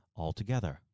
altogether